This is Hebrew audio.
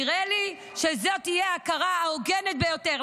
נראה לי שזאת תהיה ההכרה ההוגנת ביותר.